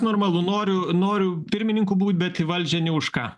normalu noriu noriu pirmininku būt bet į valdžią ne už ką